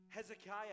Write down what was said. Hezekiah